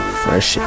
fresh